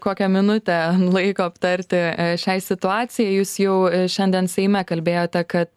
kokią minutę laiko aptarti šiai situacijai jūs jau šiandien seime kalbėjote kad